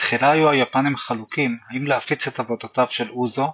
בתחילה היו היפנים חלוקים האם להפיץ את עבודותיו של אוזו,